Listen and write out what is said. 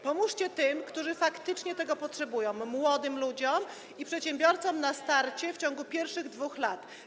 Pomóżcie tym, którzy faktycznie tego potrzebują: młodym ludziom i przedsiębiorcom na starcie w ciągu pierwszych 2 lat.